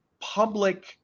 public